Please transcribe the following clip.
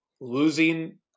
losing